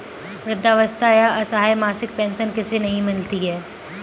वृद्धावस्था या असहाय मासिक पेंशन किसे नहीं मिलती है?